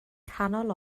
canol